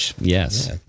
Yes